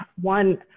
one